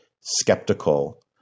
skeptical